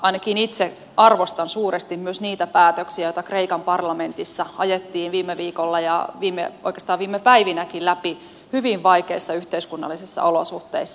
ainakin itse arvostan suuresti myös niitä päätöksiä joita kreikan parlamentissa ajettiin läpi viime viikolla ja oikeastaan viime päivinäkin hyvin vaikeissa yhteiskunnallisissa olosuhteissa